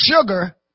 Sugar